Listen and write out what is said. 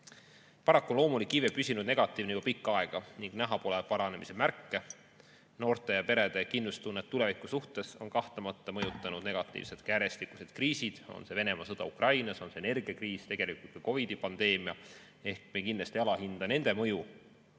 Paraku loomulik iive on püsinud negatiivne juba pikka aega ning näha pole paranemise märke. Noorte perede kindlustunnet tuleviku suhtes on kahtlemata mõjutanud negatiivselt järjestikused kriisid, on see Venemaa sõda Ukrainas, on see energiakriis, tegelikult ka COVID-i pandeemia. Me kindlasti ei alahinda nende mõju.